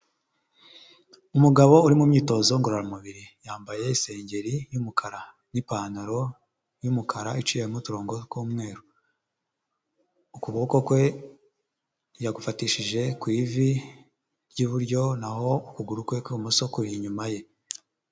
Umugabo uri mu myitozo ngororamubiri yambaye isengeri y'umukara n'ipantaro y'umukara iciyemo uturongo tw'umweru, ukuboko kwe yagufatishije ku ivi, ry'iburyo naho ukuguru kwe kw'ibumoso kuri inyuma ye.